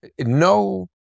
No